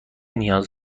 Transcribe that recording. نیاز